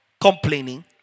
complaining